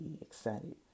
excited